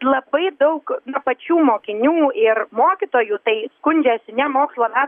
labai daug pačių mokinių ir mokytojų tai skundžiasi ne mokslo me